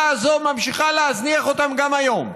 הזאת ממשיכה להזניח אותן גם היום.